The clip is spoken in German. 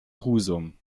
husum